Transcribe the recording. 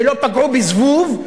שלא פגעו בזבוב,